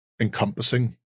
encompassing